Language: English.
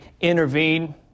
intervene